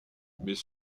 mais